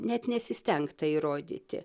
net nesistengta įrodyti